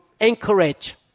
encourage